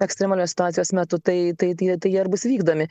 ekstremalios situacijos metu tai tai tai jie tai ir jie bus vykdomi